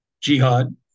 jihad